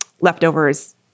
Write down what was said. leftovers